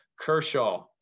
Kershaw